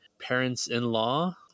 parents-in-law